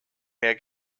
mehr